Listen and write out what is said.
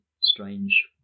strange